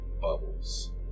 bubbles